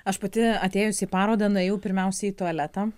aš pati atėjusi į parodą nuėjau pirmiausia į tualetą